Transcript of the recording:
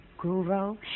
Guru